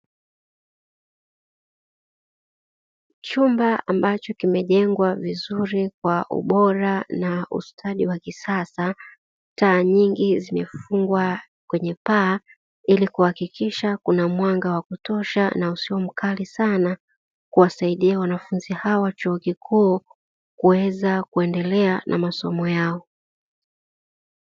Chumba ambacho kimejengwa vizuri kwa ubora na ustadi wa kisasa, taa nyingi zimefungwa kwenye paa ili kuhakikisha kuna mwanga wa kutosha na usio mkali sana, kuwasaidia wanafunzi hao wa chuo kikuu kuweza kuendelea na masomo yao.